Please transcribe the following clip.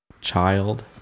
Child